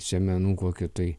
sėmenų kokiu tai